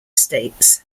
states